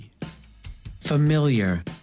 Familiar